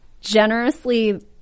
Generously